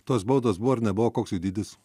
tos baudos buvo ar nebuvo koks jų dydis